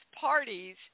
parties